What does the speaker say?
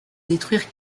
détruire